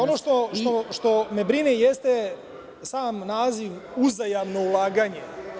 Ono što me brine jeste sam naziv uzajamno ulaganje.